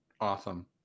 Awesome